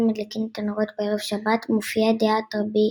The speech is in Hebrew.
מדליקין את הנרות בערב שבת מופיעה דעת רבי